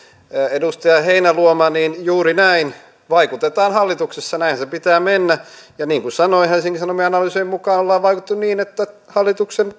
edustaja heinäluoma juuri näin vaikutetaan hallituksessa näinhän sen pitää mennä ja niin kuin sanoin helsingin sanomien analyysien mukaan ollaan vaikutettu niin että hallituksen